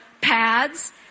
pads